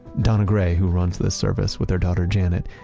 donna gray, who runs this service with their daughter, janet,